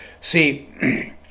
See